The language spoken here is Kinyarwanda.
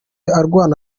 arwana